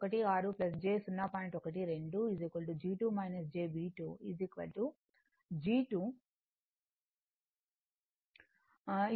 12 g 2 j b2 g 2 0